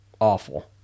awful